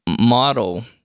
model